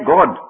God